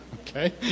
Okay